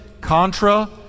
contra